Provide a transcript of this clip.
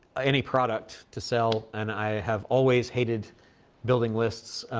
any product to sell, and i have always hated building lists,